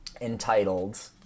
entitled